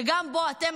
שגם בו אתם,